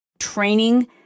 training